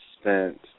spent